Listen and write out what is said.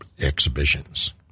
exhibitions